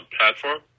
platform